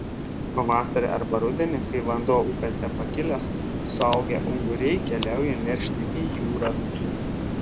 pavasarį arba rudenį kai vanduo upėse pakilęs suaugę unguriai keliauja neršti į jūras